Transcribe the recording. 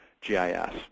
GIS